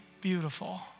beautiful